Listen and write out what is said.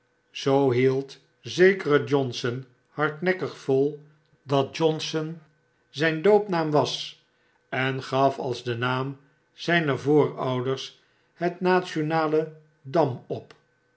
zoo hield zekere jonhson hardnekkig vol dat johnson zgn doopnaam was engafals den naam zjjner voorouders het nationale dam op